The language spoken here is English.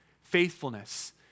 faithfulness